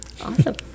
awesome